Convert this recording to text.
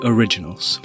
Originals